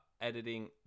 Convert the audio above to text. editing